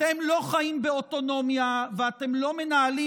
אתם לא חיים באוטונומיה ואתם לא מנהלים